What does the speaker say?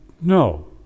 No